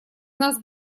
нас